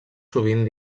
sovint